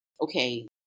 okay